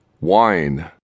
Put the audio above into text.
Wine